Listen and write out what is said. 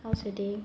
how's your day